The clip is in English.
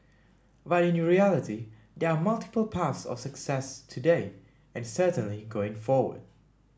but in reality there are multiple paths of success today and certainly going forward